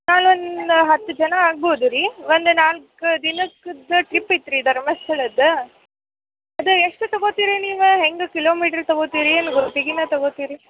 ನಾವೊಂದು ಹತ್ತು ಜನ ಆಗ್ಬೋದು ರಿ ಒಂದು ನಾಲ್ಕು ದಿನಕ್ಕೆ ಟ್ರಿಪ್ ಇತ್ತು ರಿ ಧರ್ಮಸ್ತಳದ್ದು ಅದು ಎಷ್ಟು ತೊಗೋತೀರಿ ನೀವು ಹೆಂಗ ಕಿಲೋ ಮೀಟ್ರು ತೊಗೋತೀರಿ ಗುತ್ತಿಗೆಯೇ ತೊಗೋತೀರಾ